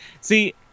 See